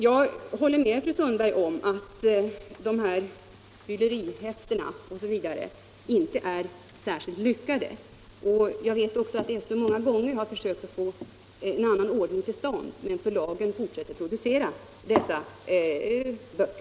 Jag håller vidare med fru Sundberg om att fyller-i-häftena inte är sär — Om särskilt stöd skilt lyckade. SÖ har många gånger försökt att få en annan ordning till — från skolan åt vissa stånd, men förlagen fortsätter att producera dessa häften.